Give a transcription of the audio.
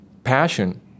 Passion